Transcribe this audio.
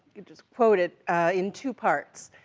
which is quoted in two parts.